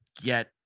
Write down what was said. get